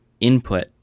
input